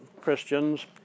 Christians